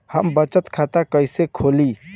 हम बचत खाता कईसे खोली?